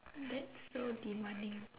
that's so demanding